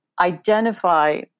identify